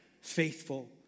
faithful